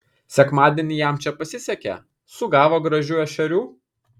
sekmadienį jam čia pasisekė sugavo gražių ešerių